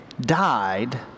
died